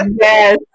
yes